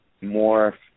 more